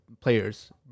players